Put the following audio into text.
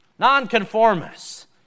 nonconformists